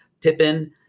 pippin